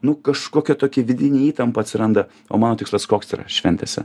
nu kažkokia tokia vidinė įtampa atsiranda o mano tikslas koks yra šventėse